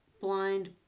blind